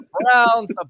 Browns